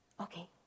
Okay